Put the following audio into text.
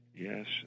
yes